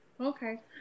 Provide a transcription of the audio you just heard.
Okay